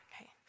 okay